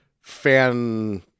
fan